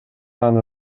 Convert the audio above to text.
аны